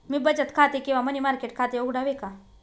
मी बचत खाते किंवा मनी मार्केट खाते उघडावे का?